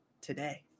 today